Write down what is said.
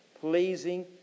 pleasing